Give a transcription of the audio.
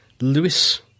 Lewis